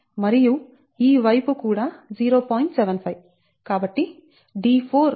75 మరియు ఈ వైపు కూడా 0